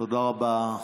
תודה רבה,